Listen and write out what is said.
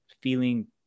feeling